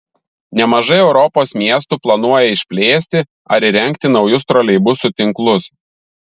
nemažai europos miestų planuoja išplėsti ar įrengti naujus troleibusų tinklus